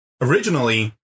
originally